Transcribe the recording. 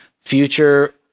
future